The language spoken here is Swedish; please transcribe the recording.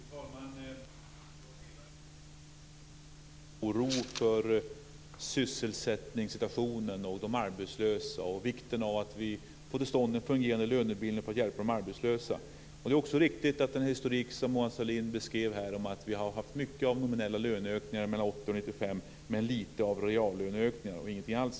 Fru talman! Jag delar Mona Sahlins oro för sysselsättningssituationen och de arbetslösa och inser vikten av att vi får till stånd en fungerande lönebildning för att hjälpa de arbetslösa. Den historik som Mona Sahlin beskrev här är också riktig. Vi har mycket av nominella löneökningar 1980-1995 men lite av reallöneökningar, egentligen ingenting alls.